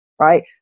right